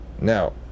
Now